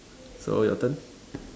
so your turn